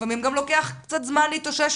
לפעמים גם לוקח קצת זמן להתאושש